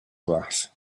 glass